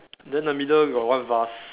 then the middle got one vase